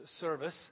service